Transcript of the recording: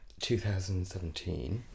2017